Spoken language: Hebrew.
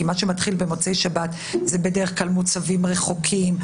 מה שמתחיל במוצאי שבת זה בדרך כלל מוצבים רחוקים,